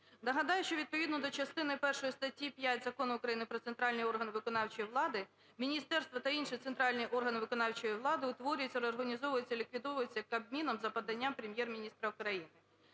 Нагадаю, що відповідно до частини першої статті 5 Закону України "Про центральні органи виконавчої влади", міністерство та інші центральні органи виконавчої влади утворюються, реорганізовуються, ліквідовуються Кабміном за поданням Прем'єр-міністра України.